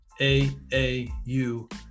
AAU